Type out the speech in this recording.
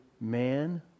man